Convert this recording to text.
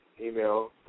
email